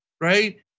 right